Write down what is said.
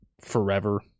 forever